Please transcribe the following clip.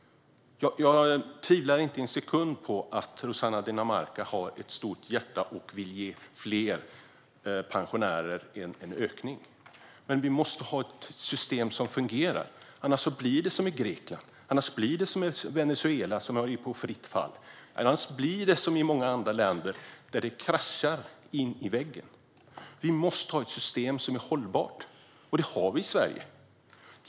Jag tvivlar inte en sekund på att Rossana Dinamarca har ett stort hjärta och vill ge fler pensionärer en ökning, men vi måste ha ett system som fungerar. Annars blir det som i Grekland och Venezuela, som ju är i fritt fall. Det blir som i många andra länder där det kraschar in i väggen. Vi måste ha ett system som är hållbart, och det har vi i Sverige.